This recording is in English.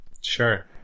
Sure